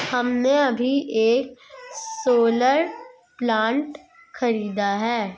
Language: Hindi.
हमने अभी एक सोलर प्लांट खरीदा है